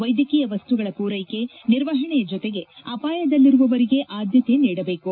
ವ್ಲೆದ್ಧಕೀಯ ವಸ್ತುಗಳ ಪೂರೈಕೆ ನಿರ್ವಹಣೆಯ ಜೊತೆಗೆ ಅಪಾಯದಲ್ಲಿರುವವರಿಗೆ ಆದ್ದತೆ ನೀಡಬೇಕು